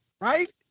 right